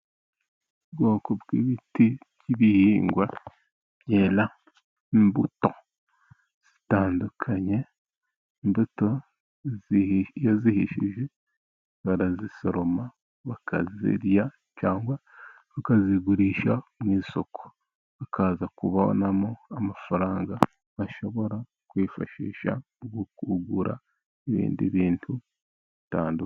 Ubwoko bw'ibiti by'ibihingwa byera imbuto zitandukanye. Imbuto iyo zihishije barazisoroma bakazirya cyangwa bakazigurisha mu isoko, bakaza kubonamo amafaranga bashobora kwifashisha mu kugura ibindi bintu bitandukanye.